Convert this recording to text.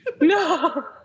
No